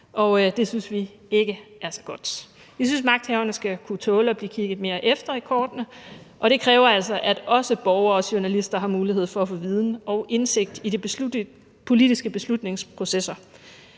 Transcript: og det synes vi ikke er så godt. Vi synes, magthaverne skal kunne tåle at blive kigget mere efter i kortene, og det kræver altså, at også borgere og journalister har mulighed for at få viden om og indsigt i de politiske beslutningsprocesser.